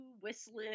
Whistling